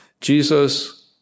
Jesus